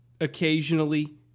occasionally